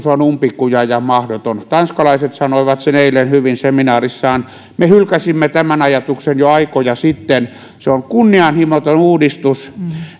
on umpikuja ja mahdoton tanskalaiset sanoivat sen eilen hyvin seminaarissaan me hylkäsimme tämän ajatuksen jo aikoja sitten se on kunnianhimoton uudistus